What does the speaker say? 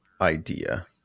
idea